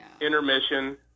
Intermission